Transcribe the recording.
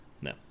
no